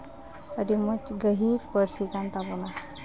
ᱟᱹᱰᱤ ᱢᱚᱡᱽ ᱜᱟᱹᱦᱤᱨ ᱯᱟᱹᱨᱥᱤ ᱠᱟᱱ ᱛᱟᱵᱚᱱᱟ